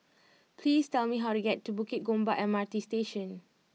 please tell me how to get to Bukit Gombak M R T Station